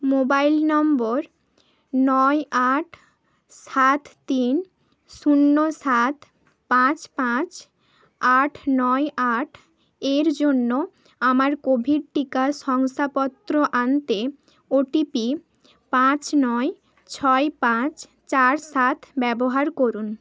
mobile number নয় আট সাত তিন শূন্য সাত পাঁচ পাঁচ আট নয় আট এর জন্য আমার কোভিড টিকা শংসাপত্র আনতে ওটিপি পাঁচ নয় ছয় পাঁচ চার সাত ব্যবহার করুন